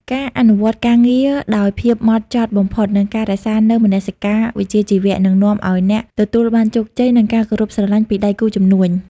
ការអនុវត្តការងារដោយភាពហ្មត់ចត់បំផុត និងការរក្សានូវមនសិការវិជ្ជាជីវៈ នឹងនាំឱ្យអ្នកទទួលបានជោគជ័យ និងការគោរពស្រឡាញ់ពីដៃគូជំនួញ។